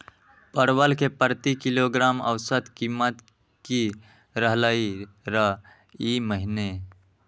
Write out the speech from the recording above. परवल के प्रति किलोग्राम औसत कीमत की रहलई र ई महीने?